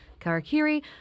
Karakiri